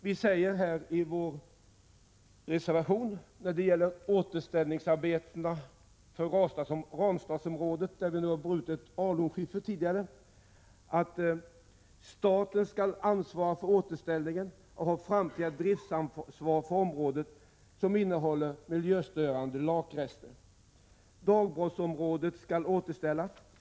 Vi säger i reservationen när det gäller återställningsarbetena för Ranstadsområdet, där alunskiffer tidigare har brutits: ”Staten skall ansvara för återställning av och ha framtida driftansvar för områden som innehåller miljöstörande lakrest. Dagbrottsområdet skall återställas.